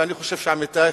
ואני חושב שעמיתי,